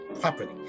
properly